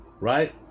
right